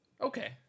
Okay